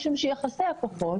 משום שיחסי הכוחות